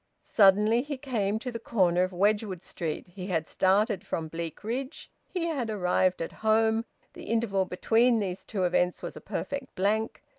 suddenly he came to the corner of wedgwood street. he had started from bleakridge he had arrived at home the interval between these two events was a perfect blank,